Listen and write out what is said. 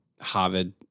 Harvard